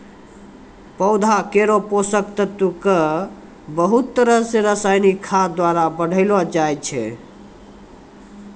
पौधा केरो पोषक तत्व क बहुत तरह सें रासायनिक खाद द्वारा बढ़ैलो जाय छै